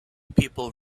people